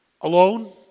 alone